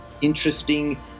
Interesting